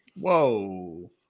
Whoa